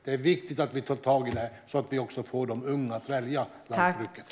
Det är viktigt att vi tar tag i det här, så att vi får de unga att välja lantbruket.